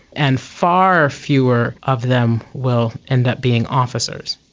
and far fewer of them will end up being officers.